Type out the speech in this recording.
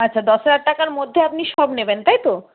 আচ্ছা দশ হাজার টাকার মধ্যে আপনি সব নেবেন তাই তো